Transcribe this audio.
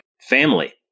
family